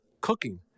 cooking